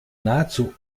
nahezu